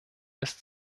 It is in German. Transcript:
ist